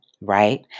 right